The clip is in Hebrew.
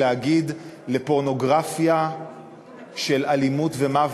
לפורנוגרפיה של אלימות ומוות?